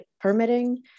permitting